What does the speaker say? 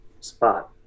spot